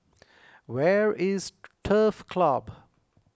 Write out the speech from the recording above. where is Turf Club